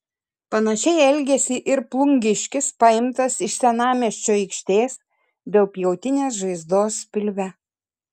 panašiai elgėsi ir plungiškis paimtas iš senamiesčio aikštės dėl pjautinės žaizdos pilve